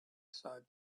sighed